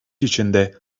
içinde